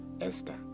esther